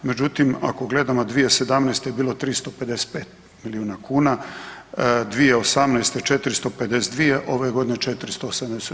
Međutim, ako gledamo 2017. je bilo 355 milijuna kuna, 2018. 452, ove godine 480.